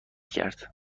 کرد